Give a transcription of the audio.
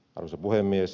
arvoisa puhemies